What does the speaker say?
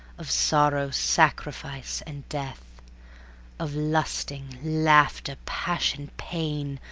of sorrow, sacrifice and death of lusting, laughter, passion, pain,